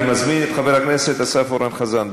אני מזמין את חבר הכנסת אסף אורן חזן.